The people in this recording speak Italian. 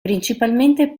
principalmente